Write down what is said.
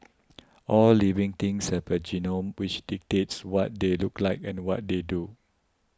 all living things have a genome which dictates what they look like and what they do